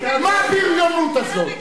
מה הבריונות הזאת?